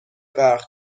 غرق